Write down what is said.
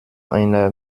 einer